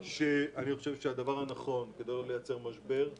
חושב שהדבר הנכון, כדי לא לייצר משבר,